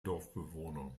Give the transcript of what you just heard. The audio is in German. dorfbewohner